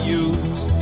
use